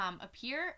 appear